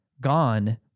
gone